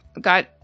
got